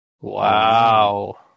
Wow